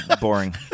boring